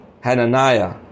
Hananiah